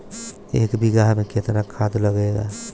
एक बिगहा में केतना खाद लागेला?